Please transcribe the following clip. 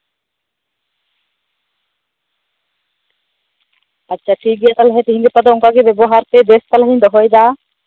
ᱟᱪᱪᱷᱟ ᱴᱷᱤᱠ ᱜᱮᱭᱟ ᱛᱟᱞᱦᱮ ᱛᱮᱦᱮᱧ ᱜᱟᱯᱟ ᱫᱚ ᱚᱱᱠᱟ ᱜᱮ ᱵᱮᱵᱚᱦᱟᱨ ᱯᱮ ᱵᱮᱥ ᱛᱟᱞᱦᱮᱧ ᱫᱚᱦᱚᱭᱮᱫᱟ